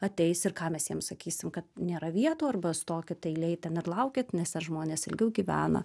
ateis ir ką mes jiems sakysim kad nėra vietų arba stokit eilėj ten ir laukit nes tie žmonės ilgiau gyvena